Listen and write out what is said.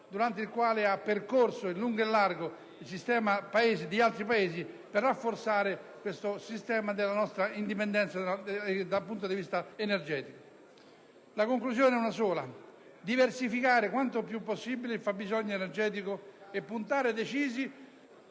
durante il quale ha percorso in lungo e in largo i sistemi Paese di altri Stati per rafforzare la nostra indipendenza dal punto di vista energetico. La conclusione è una sola: diversificare quanto più possibile il fabbisogno energetico e puntare decisi